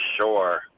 sure